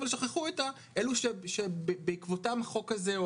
אבל שכחו אלו שבעקבותם החוק הזה,